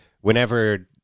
whenever